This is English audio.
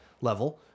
level